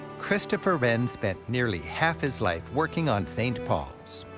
christopher wren spent nearly half his life working on st. paul's.